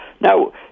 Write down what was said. Now